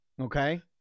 Okay